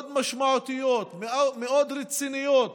מאוד משמעותיות ומאוד רציניות,